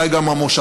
ואולי גם המושבה,